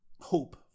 hope